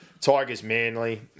Tigers-Manly